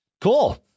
cool